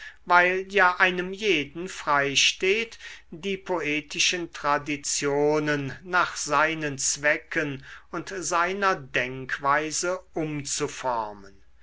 weil ja einem jeden freisteht die poetischen traditionen nach seinen zwecken und seiner denkweise umzuformen